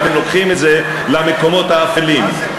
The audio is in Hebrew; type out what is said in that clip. אתם לוקחים את זה למקומות האפלים.